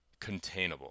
containable